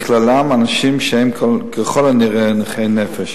בכללם אנשים שהם ככל הנראה נכי נפש.